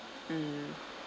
mm